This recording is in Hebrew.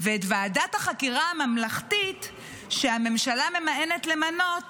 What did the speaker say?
ואת ועדת החקירה הממלכתית שהממשלה ממאנת למנות